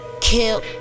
kill